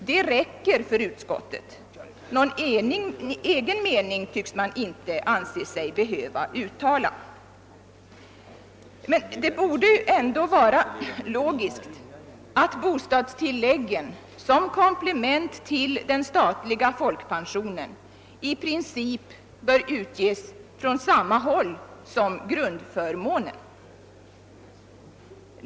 Detta räcker för utskottet. Någon egen mening tycks man inte anse sig behöva uttala. Det borde ändå vara logiskt att bostadstilläggen som komplement till den statliga folkpensionen i princip bör utges från samma håll som grundförmånen.